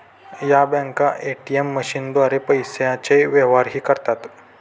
या बँका ए.टी.एम मशीनद्वारे पैशांचे व्यवहारही करतात